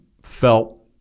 felt